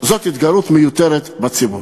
זאת התגרות מיותרת בציבור.